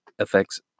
affects